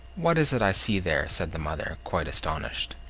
what is it i see there? said the mother, quite astonished.